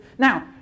Now